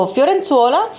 Fiorenzuola